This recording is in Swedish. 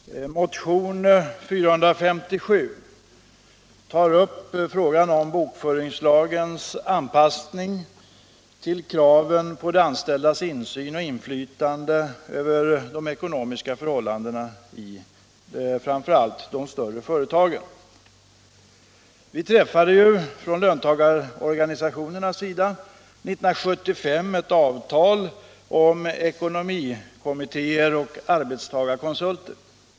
Herr talman! Motionen 457 tar upp frågan om bokföringslagens anpassning till kraven på de anställdas insyn och inflytande över de ekonomiska förhållandena i framför allt de större företagen. Vi träffade från löntagarorganisationernas sida år 1975 ett avtal om ekonomiska kommittéer och arbetstagarkonsulter.